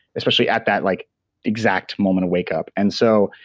especially, at that like exact moment of wake up and so,